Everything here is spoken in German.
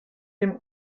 dem